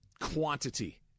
quantity